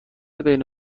بین